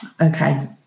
okay